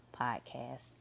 Podcast